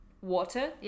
water